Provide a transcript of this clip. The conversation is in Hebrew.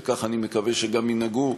וכך אני מקווה שגם ינהגו,